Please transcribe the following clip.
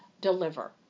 deliver